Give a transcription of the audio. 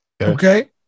Okay